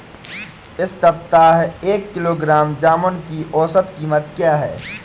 इस सप्ताह एक किलोग्राम जामुन की औसत कीमत क्या है?